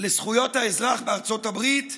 לזכויות האזרח בארצות הברית,